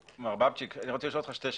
מר בבצ'יק, אני רוצה לשאול אותך שתי שאלות: